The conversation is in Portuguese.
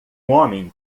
homem